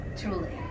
truly